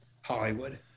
Hollywood